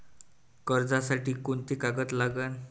कर्जसाठी कोंते कागद लागन?